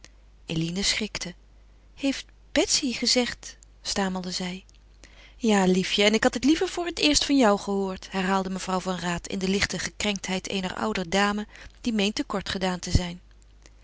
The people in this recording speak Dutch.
eline schrikte heeft betsy gezegd stamelde zij ja liefje en ik had het liever voor het eerst van jou gehoord herhaalde mevrouw van raat in de lichte gekrenktheid eener oude dame die meent te kort gedaan te zijn